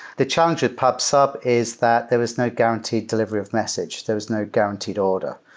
the challenge with pub sub is that there was no guaranteed delivery of message. there was no guaranteed order.